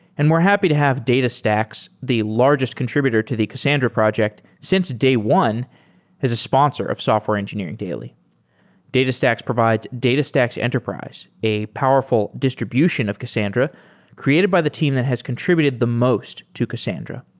and we're happy to have datastax, the largest contributed to the cassandra project since day one as a sponsor of software engineering daily datastax provides datastax enterprise, a powerful distribution of cassandra created by the team that has contributed the most to cassandra.